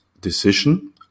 decision